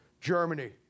Germany